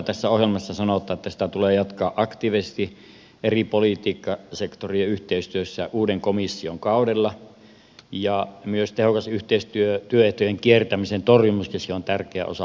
tässä ohjelmassa sanotaan että sitä tulee jatkaa aktiivisesti eri politiikkasektorien yhteistyössä uuden komission kaudella ja myös tehokas yhteistyö työehtojen kiertämisen torjumiseksi on tärkeä osa hanketta